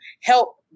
help